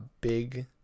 big